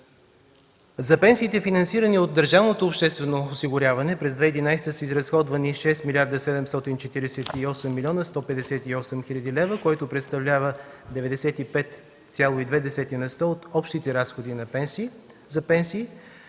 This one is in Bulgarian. За пенсиите, финансирани от държавното обществено осигуряване, през 2011 г. са изразходвани 6 млрд. 748 млн. 158 хил. лв., което представлява 95,2 на сто от общите разходи за пенсии,